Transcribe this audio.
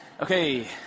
Okay